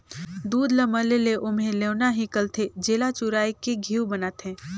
दूद ल मले ले ओम्हे लेवना हिकलथे, जेला चुरायके घींव बनाथे